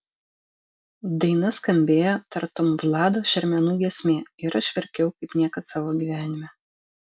daina skambėjo tartum vlado šermenų giesmė ir aš verkiau kaip niekad savo gyvenime